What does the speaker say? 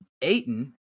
Aiton